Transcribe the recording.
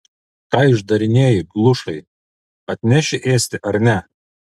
ką išdarinėji glušai atneši ėsti ar ne